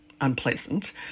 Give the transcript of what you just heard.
unpleasant